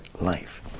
life